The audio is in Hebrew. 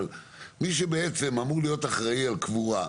אבל מי שבעצם אמור להיות אחראי על קבורה,